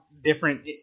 different